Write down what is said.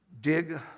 dig